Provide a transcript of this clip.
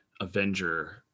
avenger